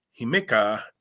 Himika